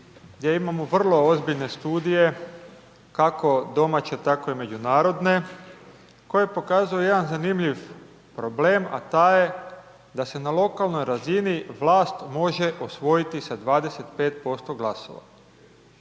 gdje imamo vrlo ozbiljne studije, kako domaće, tako i međunarodne, koji pokazuju jedan zanimljiv problem, a taj je da se na lokalnoj razini vlast može osvojiti sa 25% glasova.